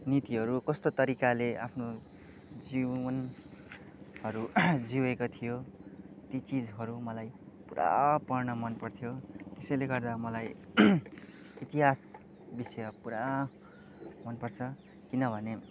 नीतिहरू कस्तो तरिकाले आफ्नो जीवनहरू जिएको थियो ती चिजहरू मलाई पूरा पढ्न मनपर्थ्यो त्यसैले गर्दा मलाई इतिहास विषय पूरा मन पर्छ किनभने